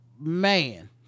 man